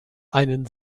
einen